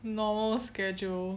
normal schedule